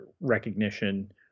recognition